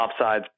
offsides